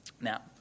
Now